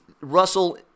Russell